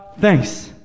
thanks